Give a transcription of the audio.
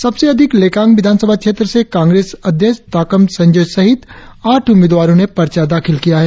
सबसे अधिक लेकांग विधान सभा क्षेत्र से कांग्रेस अध्यक्ष ताकाम संजोय सहित आठ उम्मीदवारों ने पर्चा दाखिल किया है